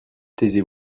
taisez